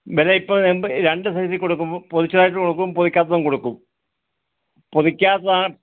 വില ഇപ്പോൾ എൺപത് രണ്ടു സൈസിൽ കൊടുക്കും പൊതിച്ചതായിട്ട് കൊടുക്കും പൊതിക്കാത്തതും കൊടുക്കും പൊതിക്കാത്തത്